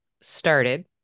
started